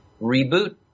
reboot